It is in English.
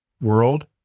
world